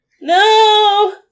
No